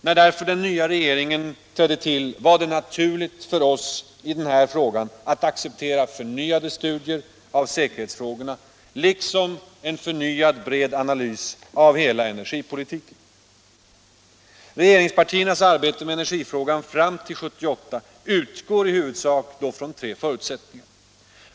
När därför den nya regeringen trädde till var det naturligt för oss att i den här frågan acceptera förnyade studier av säkerhetsfrågorna liksom en förnyad bred analys av hela energipolitiken. Regeringspartiernas arbete med energifrågan fram till 1978 utgår i huvudsak från tre förutsättningar.